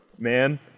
man